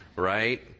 right